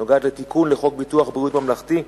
נוגעת לתיקון חוק ביטוח בריאות ממלכתי,